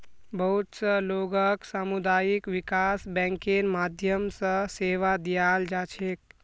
बहुत स लोगक सामुदायिक विकास बैंकेर माध्यम स सेवा दीयाल जा छेक